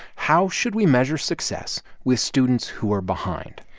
how should we measure success with students who are behind?